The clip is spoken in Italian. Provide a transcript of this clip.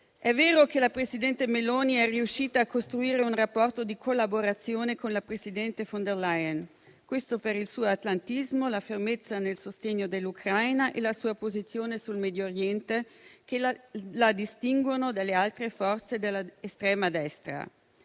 È vero che la presidente Meloni è riuscita a costruire un rapporto di collaborazione con la presidente von der Leyen, per il suo atlantismo, la fermezza nel sostegno all'Ucraina e la sua posizione sul Medio Oriente, che la distinguono dalle altre forze dell'estrema destra: